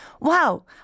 Wow